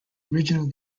original